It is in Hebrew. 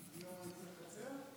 היום אני צריך לקצר?